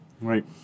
Right